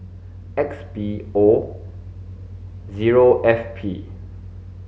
X B O zero F P